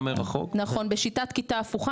נכון, בשיטת כיתה הפוכה.